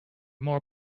more